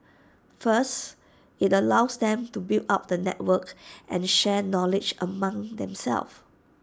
first IT allows them to build up the network and share knowledge among them self